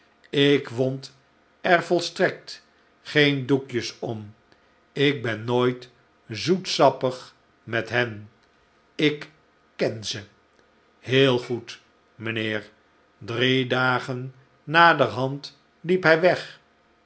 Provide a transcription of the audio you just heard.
ik wond er volstrekt geen doekjes om ik ben nooit wie heept het gedaan zoetsappig met hen ik ken ze heel goed mijnheer drie dagen naderhand liep hij weg